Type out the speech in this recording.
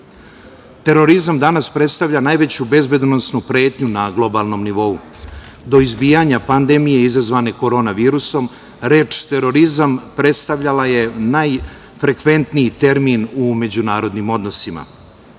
Srbije. Terorizam danas predstavlja najveću bezbedonosnu pretnju na globalnom nivou. Do izbijanja pendemije izazvane korona virusom reč terorizam predstavljala je najfrekventniji termin u međunarodnim odnosima.